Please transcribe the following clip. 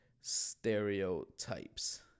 stereotypes